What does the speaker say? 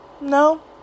No